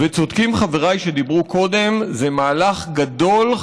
וצודקים חבריי שדיברו קודם: זה מהלך גדול,